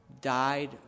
Died